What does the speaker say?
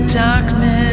darkness